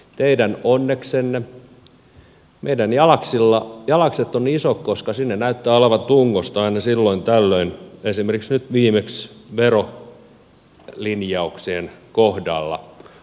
teidän onneksenne meidän jalaksemme ovat isot koska sinne näyttää olevan tungosta aina silloin tällöin esimerkiksi nyt viimeksi verolinjauksien kohdalla